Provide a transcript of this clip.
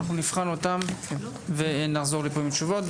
אנחנו נבחן אותן ונחזור לפה עם תשובות.